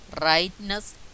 rightness